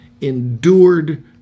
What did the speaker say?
endured